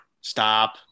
Stop